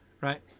Right